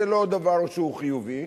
זה לא דבר שהוא חיובי,